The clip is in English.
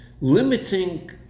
limiting